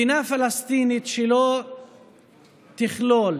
מדינה פלסטינית שלא תכלול